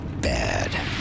bad